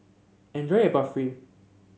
enjoy your Barfi